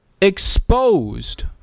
exposed